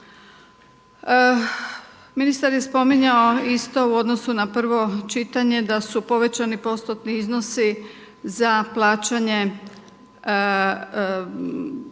Ministar je spominjao isto u odnosu na prvo čitanje da su povećani postotni iznosi za plaćanje